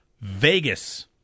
Vegas